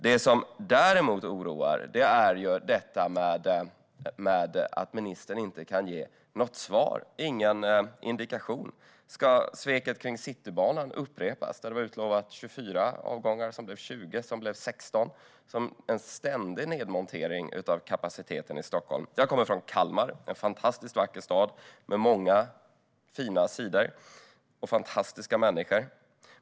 Det som däremot oroar är att ministern inte kan ge något svar eller någon indikation. Ska sveket kring Citybanan upprepas? Det var utlovat 24 avgångar som blev 20 som blev 16. Det är en ständig nedmontering av kapaciteten i Stockholm. Jag kommer från Kalmar, en fantastiskt vacker stad med många fina sidor och fantastiska människor.